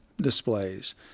displays